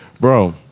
bro